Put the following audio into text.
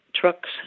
trucks